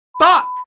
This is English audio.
fuck